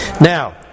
Now